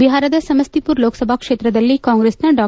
ಬಿಹಾರದ ಸಮಸ್ತಿಪುರ್ ಲೋಕಸಭಾ ಕ್ಷೇತ್ರದಲ್ಲಿ ಕಾಂಗ್ರೆಸ್ನ ಡಾ